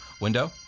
window